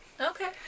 Okay